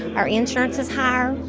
our insurance is higher.